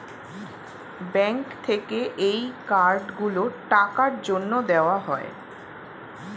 bank থেকে এই card গুলো টাকার জন্যে দেওয়া হয়